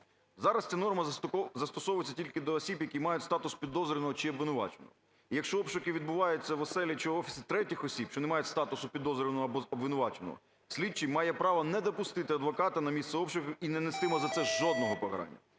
Зараз ця норма застосовується тільки до осіб, які мають статус підозрюваного чи обвинуваченого. Якщо обшуки відбуваються в оселі чи офісі третіх осіб, що не мають статусу підозрюваного або обвинуваченого, слідчий має право не допустити адвоката на місце обшуку і не нестиме за це жодного покарання.